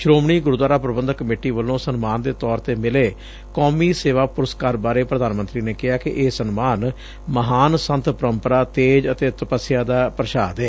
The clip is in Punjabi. ਸ੍ਰੋਮਣੀ ਗੁਰਦੁਆਰਾ ਪ੍ਰਬੰਧਕ ਕਮੇਟੀ ਵੱਲੋਂ ਸਨਮਾਨ ਦੇ ਤੌਰ ਤੇ ਮਿਲੇ ਕੌਮੀ ਸੇਵਾ ਪੁਰਸਕਾਰ ਬਾਰੇ ਪ੍ਰਧਾਨ ਮੰਤਰੀ ਨੇ ਕਿਹਾ ਕਿ ਇਹ ਸਨਮਾਨ ਮਹਾਨ ਸੰਤ ਪ੍ਰੰਪਰਾ ਤੇਜ ਅਤੇ ਤਪੱਸਿਆ ਦਾ ਪ੍ਰਸ਼ਾਦ ਏ